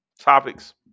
topics